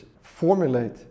formulate